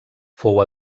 fou